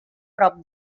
prop